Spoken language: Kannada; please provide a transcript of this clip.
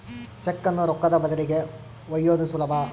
ಚೆಕ್ಕುನ್ನ ರೊಕ್ಕದ ಬದಲಿಗಿ ಒಯ್ಯೋದು ಸುಲಭ